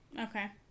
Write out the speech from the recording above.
Okay